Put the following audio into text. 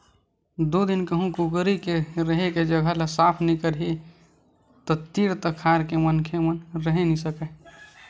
दू दिन कहूँ कुकरी के रेहे के जघा ल साफ नइ करही त तीर तखार के मनखे मन रहि नइ सकय